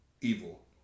Evil